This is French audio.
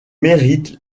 mérite